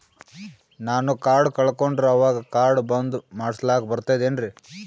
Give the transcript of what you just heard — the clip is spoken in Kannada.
ನಾನು ಕಾರ್ಡ್ ಕಳಕೊಂಡರ ಅವಾಗ ಕಾರ್ಡ್ ಬಂದ್ ಮಾಡಸ್ಲಾಕ ಬರ್ತದೇನ್ರಿ?